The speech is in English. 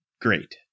great